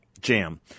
jam